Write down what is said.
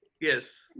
Yes